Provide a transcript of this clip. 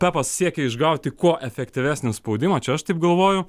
pepas siekia išgauti kuo efektyvesnį spaudimą čia aš taip galvoju